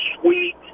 Sweet